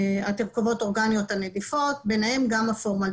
תרכובות אורגניות הנדיפות, ביניהם גם הפורמלדהיד.